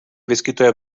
vyskytuje